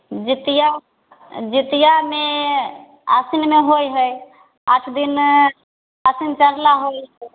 जितिया जितियामे आसिनमे होइ है आठ दिन आसिन चढ़ला होलै तऽ